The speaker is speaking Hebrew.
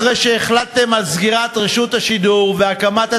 אחרי שהחלטתם על סגירת רשות השידור והקמת התאגיד,